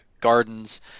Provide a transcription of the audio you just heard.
gardens